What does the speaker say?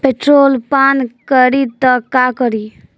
Petrol पान करी त का करी?